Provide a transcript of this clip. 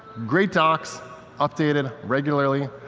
great docs updated regularly,